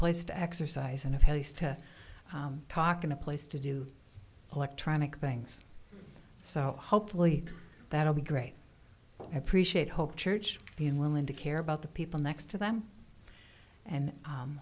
place to exercise and it helps to talk in a place to do electronic things so hopefully that will be great appreciate hope church being willing to care about the people next to them and